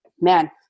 man